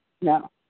No